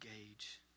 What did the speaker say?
engage